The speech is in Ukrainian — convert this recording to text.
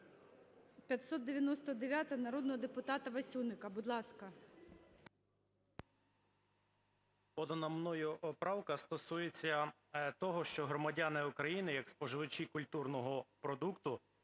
599 народного депутата Васюника, будь ласка. 16:06:42 ВАСЮНИК І.В. Подана мною поправка, стосується того, що громадяни України, як споживачі культурного продукту,